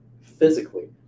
physically